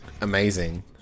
amazing